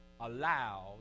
allowed